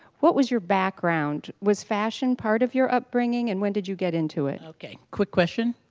what was your background? was fashion part of your upbringing? and when did you get into it? okay quick question,